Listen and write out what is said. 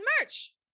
merch